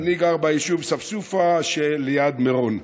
אני גר בישוב ספסופה שליד מירון.